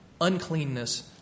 uncleanness